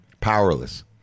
powerless